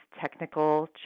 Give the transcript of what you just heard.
technical